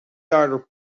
daardoor